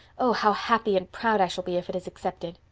oh, how happy and proud i shall be if it is accepted!